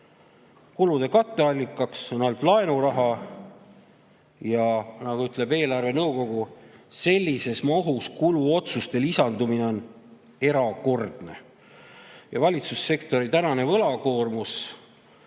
Kulude katteallikaks on ainult laenuraha ja nagu ütleb eelarvenõukogu, sellises mahus kuluotsuste lisandumine on erakordne. Valitsussektori võlakoormus